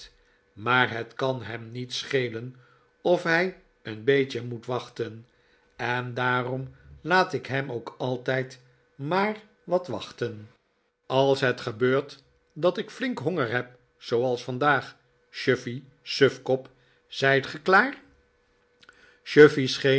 maar het kan hem niet schelen of hij een beetje moet wachten en daarom laat ik hem ook altijd maar wat wachten maarten chuzzlewit als het gebeurt dat ik flink honger heb zooals vandaag chuffey sufkop zijt ge klaar